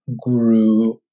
guru